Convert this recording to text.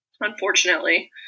unfortunately